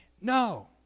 No